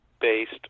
based